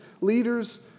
leaders